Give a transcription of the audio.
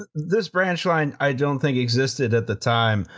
this branch line, i don't think existed at the time.